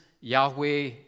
Yahweh